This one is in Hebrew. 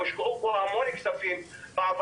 הושקעו המון כספים בזה,